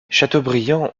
chateaubriand